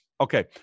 Okay